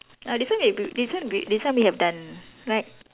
ah this one we this one we this one we have done right